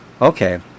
Okay